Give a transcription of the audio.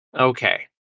Okay